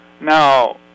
Now